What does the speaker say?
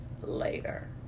later